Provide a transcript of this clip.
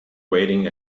waiting